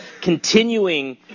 continuing